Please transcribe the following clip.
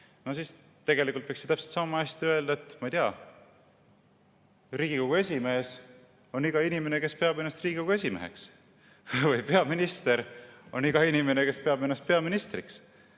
naiseks! Tegelikult peaks siis ju täpselt sama hästi saama öelda, ma ei tea, et Riigikogu esimees on iga inimene, kes peab ennast Riigikogu esimeheks, või peaminister on iga inimene, kes peab ennast peaministriks.